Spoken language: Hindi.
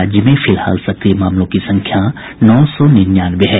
राज्य में फिलहाल सक्रिय मामलों की संख्या नौ सौ निन्यानवे है